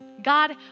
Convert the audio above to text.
God